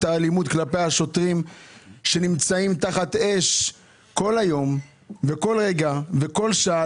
האלימות כלפי השוטרים שנמצאים תחת אש כל היום וכל רגע וכל שעה,